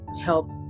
help